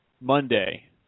Monday